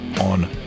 on